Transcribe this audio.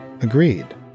agreed